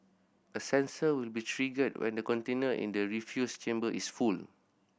a sensor will be triggered when the container in the refuse chamber is full